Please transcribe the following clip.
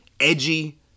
Edgy